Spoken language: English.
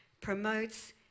promotes